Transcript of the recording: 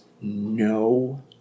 no